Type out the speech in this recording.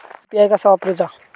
UPI कसा वापरूचा?